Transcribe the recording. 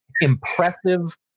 impressive